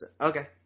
Okay